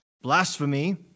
blasphemy